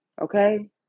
Okay